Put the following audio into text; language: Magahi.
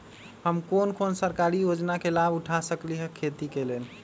हम कोन कोन सरकारी योजना के लाभ उठा सकली ह खेती के लेल?